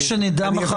רק שנדע,